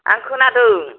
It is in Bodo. आं खोनादों